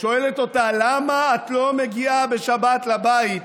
שואלת אותה: למה את לא מגיעה בשבת הביתה?